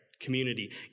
community